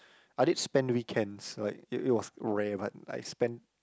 I did spend weekends like it it was rare but I spend